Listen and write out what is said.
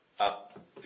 up